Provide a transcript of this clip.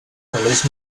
telers